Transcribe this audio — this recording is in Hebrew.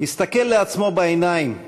יסתכל לעצמו בעיניים ויגיד,